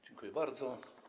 Dziękuję bardzo.